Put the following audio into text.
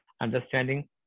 understanding